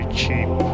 cheap